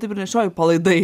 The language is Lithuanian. taip ir nešioji palaidai